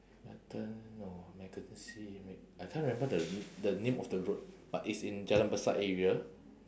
newton no mackenzie m~ I can't remember the the name of the road but it's in jalan besar area